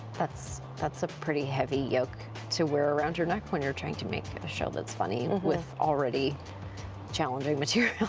that's that's a pretty heavy yoke to wear around your neck when you're trying to make a show that's funny with already challenging material.